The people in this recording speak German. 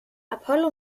apollo